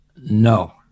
No